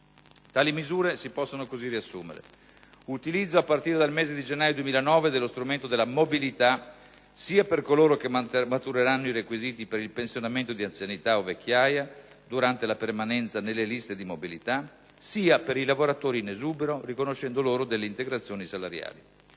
Tali misure si possono così riassumere: utilizzo, a partire dal mese di gennaio 2009, dello strumento della mobilità, sia per coloro che matureranno i requisiti per il pensionamento di anzianità o vecchiaia durante la permanenza nelle liste di mobilità, sia per i lavoratori in esubero, riconoscendo loro delle integrazioni salariali;